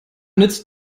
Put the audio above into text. nützt